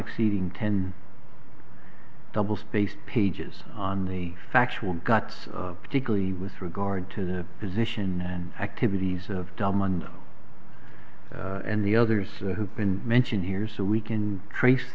exceeding ten double spaced pages on the factual got particularly with regard to the position and activities of dumb one and the others have been mentioned here so we can trace